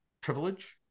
privilege